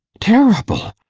terrible!